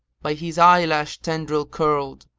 by his eyelash tendril curled,